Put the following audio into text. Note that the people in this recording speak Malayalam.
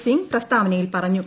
സിങ്ങ് പ്രസ്താവനയിൽ പറഞ്ഞു